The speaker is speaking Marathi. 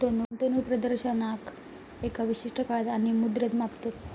गुंतवणूक प्रदर्शनाक एका विशिष्ट काळात आणि मुद्रेत मापतत